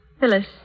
Phyllis